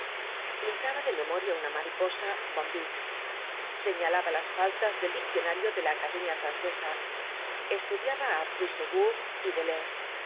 pintaba de memoria una mariposa bombix señalaba las faltas del diccionario de la academia francesa estudiaba á puysegur y deleuze no